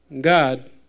God